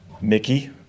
Mickey